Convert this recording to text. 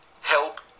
help